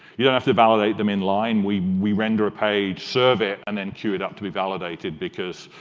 you don't have to validate them inline. we we render a page, serve it, and then queue it up to be validated. because